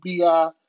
BI